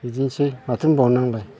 बिदिनोसै माथो होनबावनो आंलाय